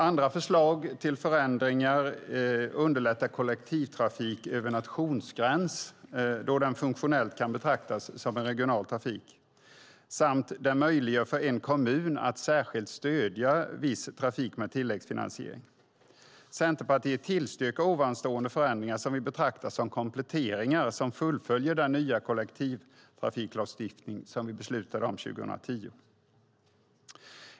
Andra förslag till förändringar underlättar kollektivtrafik över nationsgräns då den funktionellt kan betraktas som regional trafik samt möjliggör för en kommun att särskilt stödja viss trafik med tilläggsfinansiering. Centerpartiet tillstyrker dessa förändringar, som vi betraktar som kompletteringar som fullföljer den nya kollektivtrafiklagstiftning som vi beslutade om 2010.